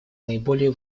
наиболее